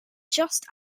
just